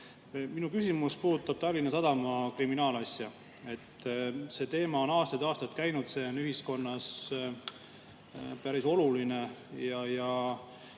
Minu küsimus puudutab Tallinna Sadama kriminaalasja. See teema on aastaid ja aastaid käinud, see on ühiskonnas päris oluline ja